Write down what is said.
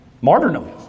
martyrdom